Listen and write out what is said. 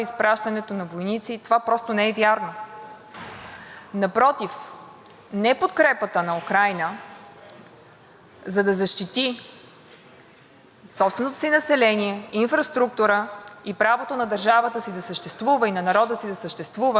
за да защити собственото си население, инфраструктура и правото на държавата и на народа си да съществуват, означава неподкрепа за правовия ред, за демокрацията